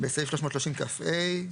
בסעיף 330כה,